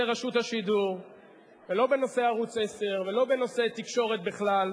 רשות השידור ולא בנושא ערוץ-10 ולא בנושא תקשורת בכלל.